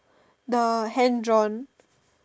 the hand drawn